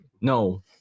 No